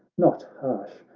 not harsh,